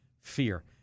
fear